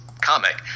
comic